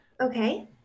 Okay